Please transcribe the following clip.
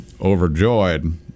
overjoyed